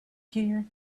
here